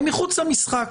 הם מחוץ למשחק.